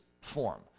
form